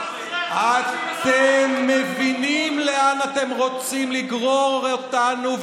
אתם מבינים לאן אתם רוצים לגרור אותנו,